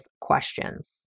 questions